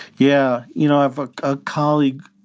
yeah. you know, i have a ah colleague